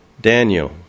Daniel